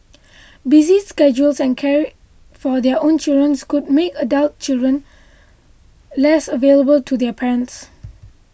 busy schedules and caring for their own children's could make adult children less available to their parents